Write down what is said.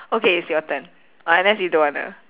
okay it's your turn uh unless you don't want ah